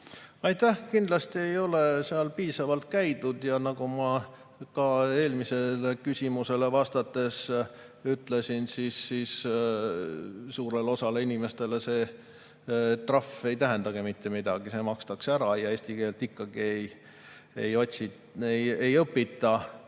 Aitäh! Kindlasti ei ole seal piisavalt käidud. Ja nagu ma eelmisele küsimusele vastates ütlesin, suurele osale inimestele see trahv ei tähendagi mitte midagi. See makstakse ära ja eesti keelt ikkagi ei õpita.